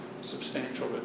substantial